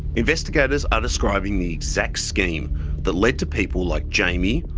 investigators are describing the exact scheme that led to people like jamie,